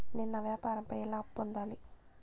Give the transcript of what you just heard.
నేను నా వ్యాపారం పై ఎలా అప్పు పొందాలి?